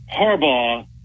Harbaugh